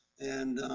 and,